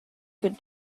could